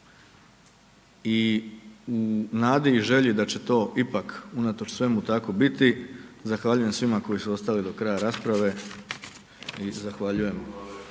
I u nadi i želji da će to ipak unatoč svemu tako biti, zahvaljujem svima koji su ostali do kraja rasprave i zahvaljujem